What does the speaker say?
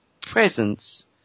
presence